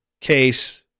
case